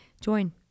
Join